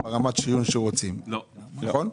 ברמת שריון שרוצים נכון?